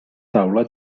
taula